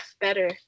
better